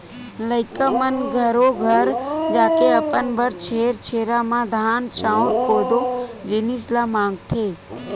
लइका मन घरो घर जाके अपन बर छेरछेरा म धान, चाँउर, कोदो, जिनिस ल मागथे